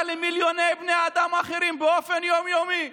למיליוני בני אדם אחרים באופן יום-יומי,